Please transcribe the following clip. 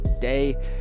day